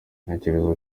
ntekereza